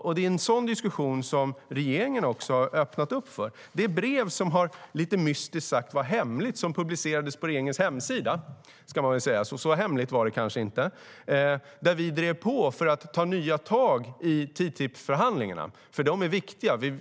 Det är också en sådan diskussion som regeringen har öppnat för. Det brev som lite mystiskt sagts vara hemligt publicerades på regeringens hemsida - så hemligt var det då kanske inte. I brevet drev vi på för att ta nya tag i TTIP-förhandlingarna, för de är viktiga.